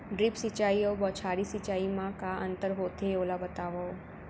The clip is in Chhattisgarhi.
ड्रिप सिंचाई अऊ बौछारी सिंचाई मा का अंतर होथे, ओला बतावव?